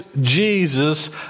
Jesus